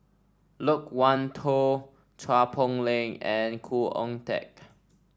Loke Wan Tho Chua Poh Leng and Khoo Oon Teik